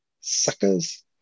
suckers